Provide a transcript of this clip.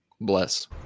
Bless